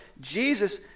Jesus